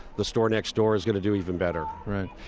the store next door is going to do even better right.